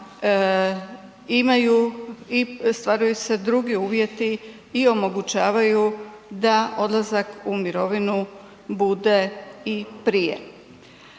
imaju i ostvaruju se drugi uvjeti i omogućavaju da odlazak u mirovinu bude i prije.